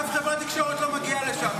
אף חברת תקשורת לא מגיעה לשם.